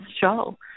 show